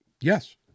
Yes